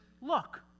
look